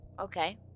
Okay